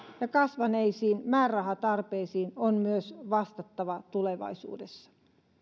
ja kasvaneisiin määrärahatarpeisiin on myös vastattava tulevaisuudessa